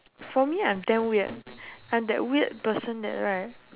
for me I'm damn weird I'm that weird person that right